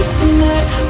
tonight